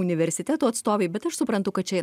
universitetų atstovai bet aš suprantu kad čia